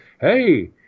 Hey